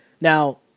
Now